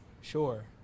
Sure